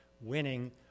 winning